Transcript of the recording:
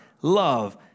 love